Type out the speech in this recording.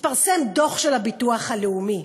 התפרסם דוח של הביטוח הלאומי,